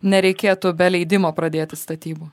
nereikėtų be leidimo pradėti statybų